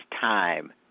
time